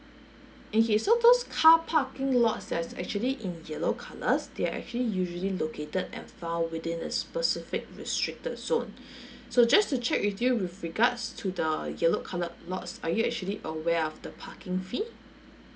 okay so those car parking lots that's actually in yellow colours they're actually usually located and found within a specific restricted zone so just to check with you with regards to the yellow coloured lots are you actually aware of the parking fee